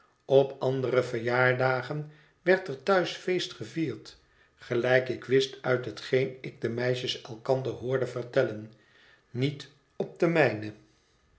op andere verjaardagen werd er thuis feest gevierd gelijk ik wist uit hetgeen ik de meisjes elkander hoorde vertellen niet op